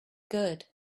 good